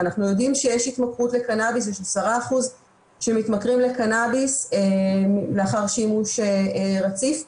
אני חושבת שיש למדינת ישראל היום כלים לעשות לוחמה פסיכולוגית בטרור,